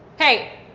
hey!